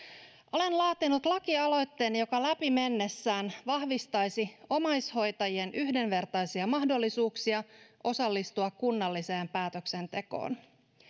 olen laatinut lakialoitteen joka läpi mennessään vahvistaisi omaishoitajien yhdenvertaisia mahdollisuuksia osallistua kunnalliseen päätöksentekoon